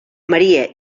maria